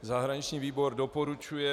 Zahraniční výbor doporučuje